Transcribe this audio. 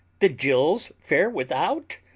the jills fair without,